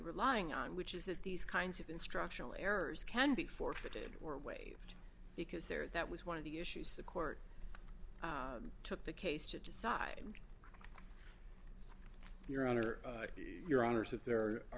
relying on which is that these kinds of instructional errors can be forfeited or waived because there that was one of the issues the court took the case to decide your honor your honors if there are